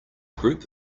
group